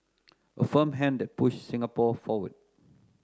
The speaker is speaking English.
a firm hand pushed Singapore forward